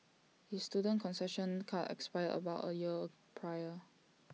his student concession card expired about A year prior